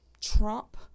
trump